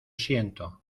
siento